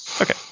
Okay